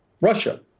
Russia